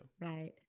Right